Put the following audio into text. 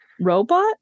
robot